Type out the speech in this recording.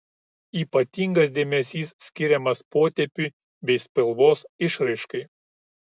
ypatingas dėmesys skiriamas potėpiui bei spalvos išraiškai